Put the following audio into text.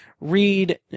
read